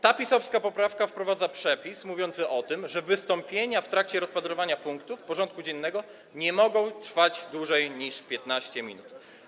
Ta PiS-owska poprawka wprowadza przepis mówiący o tym, że wystąpienia w trakcie rozpatrywania punktów porządku dziennego nie mogą trwać dłużej niż 15 minut.